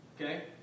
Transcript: Okay